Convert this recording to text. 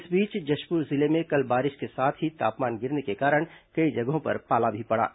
इस बीच जशपुर जिले में कल बारिश के साथ ही तापमान गिरने के कारण कई जगहों पर पाला भी पड़ा है